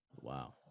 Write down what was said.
wow